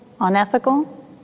unethical